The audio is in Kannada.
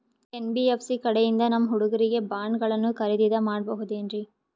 ಎನ್.ಬಿ.ಎಫ್.ಸಿ ಕಡೆಯಿಂದ ನಮ್ಮ ಹುಡುಗರಿಗೆ ಬಾಂಡ್ ಗಳನ್ನು ಖರೀದಿದ ಮಾಡಬಹುದೇನ್ರಿ?